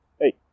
hey